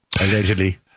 Allegedly